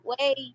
Wait